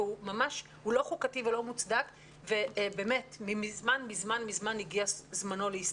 הוא לא חוקתי ולא מוצדק ובאמת מזמן הגיע זמנו להסתיים.